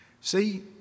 See